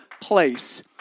place